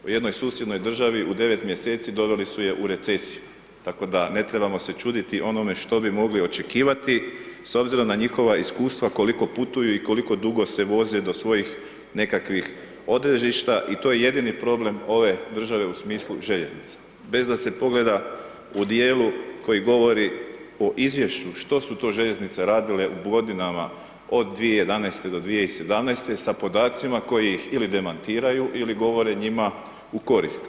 U jednoj susjednoj državi u 9 mjeseci doveli su je u recesiju, tako da ne trebamo se čuditi onome što bi mogli očekivati, s obzirom na njihova iskustva koliko putuju i koliko dugo se voze do svojih nekakvih odredišta i to je jedini problem ove države u smislu željeznice, bez da se pogleda u dijelu koji govori o izvješću, što su to željeznice radile godinama od 2011.-2017. sa podacima koji ih demantiraju ili govore njima u korist.